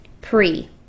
pre